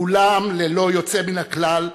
כולם ללא יוצא מן הכלל,